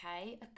okay